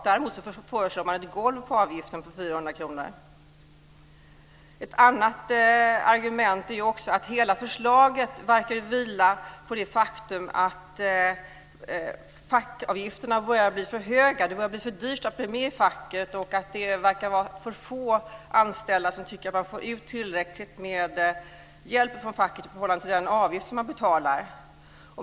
Däremot föreslår den ett golv för avgiften vid 400 kr. Ett annat argument är att hela förslaget verkar vila på det faktum att fackavgifterna börjar bli för höga. Det börjar bli för dyrt att vara med i facket, och det verkar som om för få anställda tycker att de får ut tillräckligt med hjälp från facket för de avgifter som man betalar.